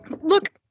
Look